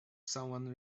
someone